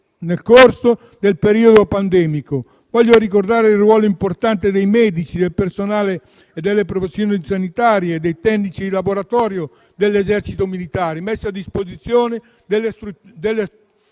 nel corso del periodo pandemico. Voglio ricordare il ruolo importante dei medici e delle professioni sanitarie, così come dei tecnici di laboratorio dell'esercito militare, messisi a disposizione delle strutture